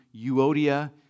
Euodia